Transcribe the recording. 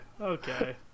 Okay